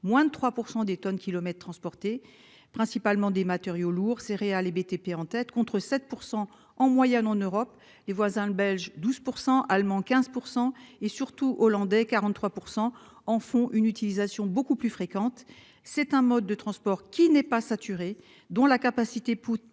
moins de 3% des tonnes kilomètres transportés principalement des matériaux lourds, céréales et BTP en tête, contre 7% en moyenne en Europe. Les voisins belges 12% allemand 15% et surtout hollandais, 43% en font une utilisation beaucoup plus fréquente. C'est un mode de transport qui n'est pas saturé, dont la capacité pourrait